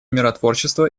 миротворчества